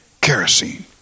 kerosene